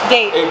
Date